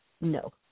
no